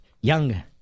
young